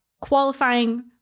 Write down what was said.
qualifying